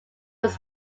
was